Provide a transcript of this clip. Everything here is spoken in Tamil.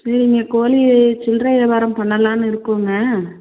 இல்லைங்க கோழி சில்லற வியாபாரம் பண்ணலாம்னு இருக்கோங்க